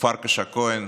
פרקש הכהן